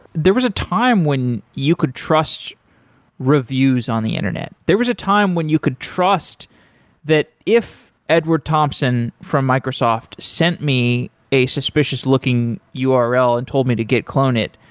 there was a time when you could trust reviews on the internet. there was a time when you could trust that if edward thompson from microsoft sent me a suspicious-looking um url and told me to git clone it,